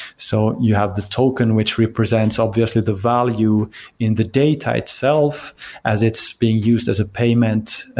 so you have the token, which represents obviously the value in the data itself as it's being used as a payments,